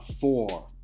four